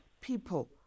people